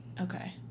Okay